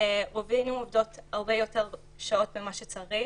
רובנו עובדות הרבה יותר שעות ממה שצריך